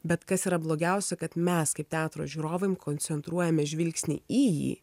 bet kas yra blogiausia kad mes kaip teatro žiūrovam koncentruojame žvilgsnį į jį